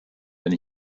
wenn